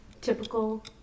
typical